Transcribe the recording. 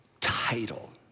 title